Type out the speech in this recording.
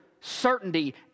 certainty